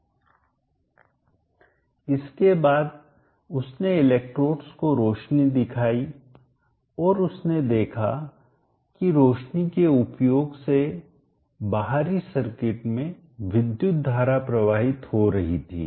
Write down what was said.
Edmund solar cell के चित्र का स्क्रीन शॉट लगाएँ इसके बाद उसने इलेक्ट्रोड्स को रोशनी दिखाई और उसने देखा की रोशनी के उपयोग से बाहरी सर्किट में विद्युत धारा प्रवाहित हो रही थी